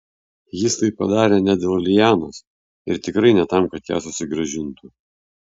jis tai padarė ne dėl lianos ir tikrai ne tam kad ją susigrąžintų